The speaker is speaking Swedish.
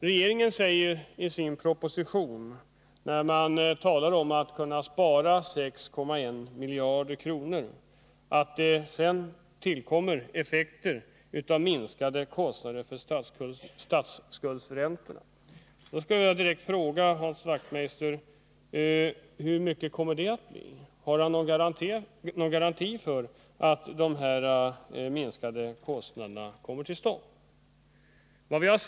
Regeringen säger i sin proposition — när det talas om att kunna spara 6,1 miljarder kronor — att det sedan tillkommer effekter av minskade kostnader för statsskuldsräntorna. Då vill jag direkt fråga Knut Wachtmeister: Hur mycket kommer det att bli? Har han någon garanti för att dessa kostnadsminskningar kommer till stånd?